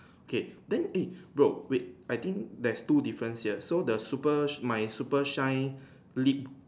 okay then eh bro wait I think there's two difference here so the super she my super shine lip